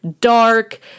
dark